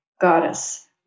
goddess